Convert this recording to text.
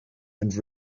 and